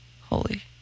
Holy